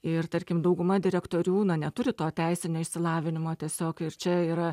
ir tarkim dauguma direktorių na neturi to teisinio išsilavinimo tiesiog čia yra